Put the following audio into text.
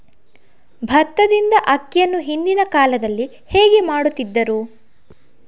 ಭತ್ತದಿಂದ ಅಕ್ಕಿಯನ್ನು ಹಿಂದಿನ ಕಾಲದಲ್ಲಿ ಹೇಗೆ ಮಾಡುತಿದ್ದರು?